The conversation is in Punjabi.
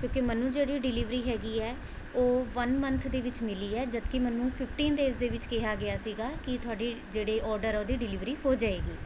ਕਿਉਂਕਿ ਮੈਨੂੰ ਜਿਹੜੀ ਡਿਲੀਵਰੀ ਹੈਗੀ ਹੈ ਉਹ ਵੰਨ ਮੰਥ ਦੇ ਵਿੱਚ ਮਿਲੀ ਹੈ ਜਦ ਕਿ ਮੈਨੂੰ ਫਿਫਟੀਨ ਡੇਜ਼ ਦੇ ਵਿੱਚ ਕਿਹਾ ਗਿਆ ਸੀਗਾ ਕਿ ਤੁਹਾਡੀ ਜਿਹੜੀ ਔਡਰ ਉਹਦੀ ਡਿਲੀਵਰੀ ਹੋ ਜਾਵੇਗੀ